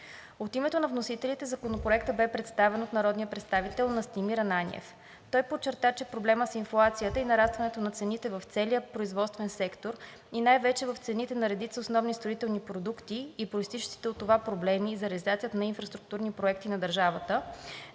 От името на вносителите Законопроектът бе представен от народния представител Настимир Ананиев. Той подчерта, че проблемът с инфлацията и нарастването на цените в целия производствен сектор и най-вече в цените на редица основни строителни продукти и произтичащите от това проблеми за реализацията на инфраструктурни проекти на държавата